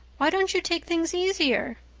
why won't you take things easier?